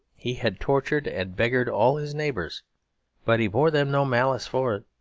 he had tortured and beggared all his neighbours but he bore them no malice for it.